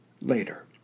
later